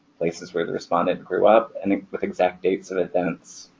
places where the respondent grew up and with exact dates of events.